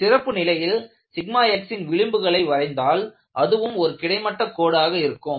ஒரு சிறப்பு நிலையில் xன் விளிம்புகளை வரைந்தால் அதுவும் ஒரு கிடைமட்ட கோடாக இருக்கும்